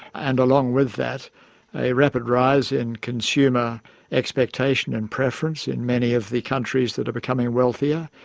and along with that a rapid rise in consumer expectation and preference in many of the countries that are becoming wealthier.